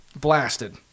blasted